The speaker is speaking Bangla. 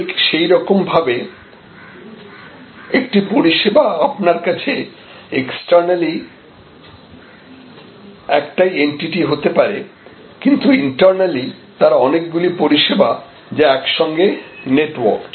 ঠিক সেইরকম ভাবে একটি পরিষেবা আপনার কাছে এক্সটার্নালি একটাই এনটিটি হতে পারে কিন্তু ইন্টার্নালি তারা অনেকগুলি পরিষেবা যা একসঙ্গে নেটওয়ার্কড